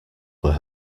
were